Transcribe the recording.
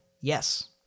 yes